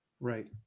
right